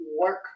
work